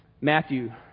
Matthew